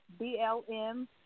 BLM